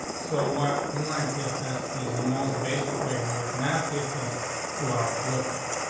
so while in lines here since is the most basic way. how we can add ceases to our webpage.